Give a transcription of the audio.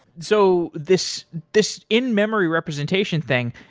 so this this in-memory representation thing,